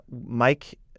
mike